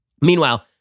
Meanwhile